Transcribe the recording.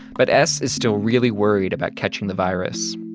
but s is still really worried about catching the virus,